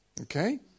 Okay